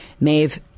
Maeve